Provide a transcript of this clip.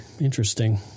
interesting